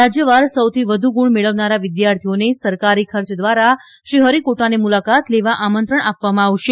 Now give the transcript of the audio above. રાજ્યવાર સૌથી વધુ ગુણ મેળવનારા વિદ્યાર્થીઓને સરકારી ખર્ચ દ્વારા શ્રી હરીકોટાની મુલાકાત લેવા આમંત્રણ આપવામાં આવશે